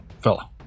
fella